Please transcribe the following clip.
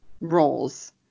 roles